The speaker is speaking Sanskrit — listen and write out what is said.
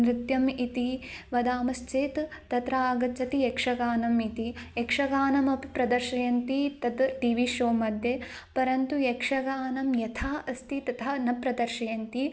नृत्यम् इति वदामश्चेत् तत्र आगच्छति यक्षगानम् इति यक्षगानमपि प्रदर्शयन्ति तद् टि वि शोमध्ये परन्तु यक्षगानं यथा अस्ति तथा न प्रदर्शयन्ति